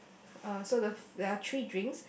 uh so the there are three drinks